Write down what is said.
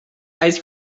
ice